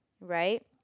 Right